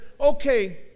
okay